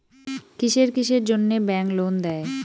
কিসের কিসের জন্যে ব্যাংক লোন দেয়?